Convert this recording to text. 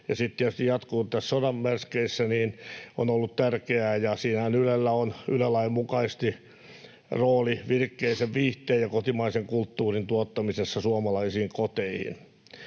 ja sitten tietysti on jatkunut näissä sodan melskeissä, tärkeä, ja siinähän Ylellä on Yle-lain mukaisesti rooli virikkeisen viihteen ja kotimaisen kulttuurin tuottamisessa suomalaisiin koteihin.